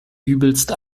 übelst